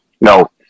No